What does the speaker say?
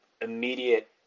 immediate